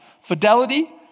fidelity